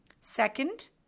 second